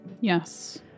Yes